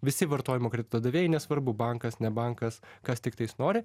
visi vartojimo kredito davėjai nesvarbu bankas ne bankas kas tiktais nori